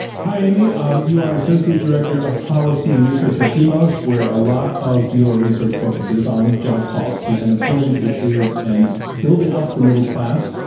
hi, amy. um you are associate director of policy and research at demos where a lot of your research focuses on job quality and employment issues and building up the middle class.